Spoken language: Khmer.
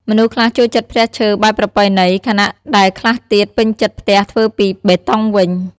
មនុស្សខ្លះចូលចិត្តផ្ទះឈើបែបប្រពៃណីខណៈដែលខ្លះទៀត ពេញចិត្តផ្ទះធ្វើពីបេតុងវិញ។